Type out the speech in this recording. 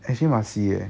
actually must see eh